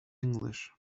english